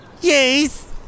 Yes